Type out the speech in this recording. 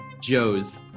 Joes